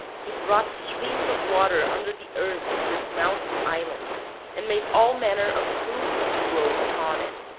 he brought streams of water under the earth to this mountain-island, and made all manner of food to grow upon it.